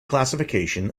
classification